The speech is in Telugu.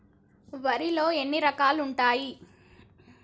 వరిలో ఎన్ని రకాలు ఉంటాయి?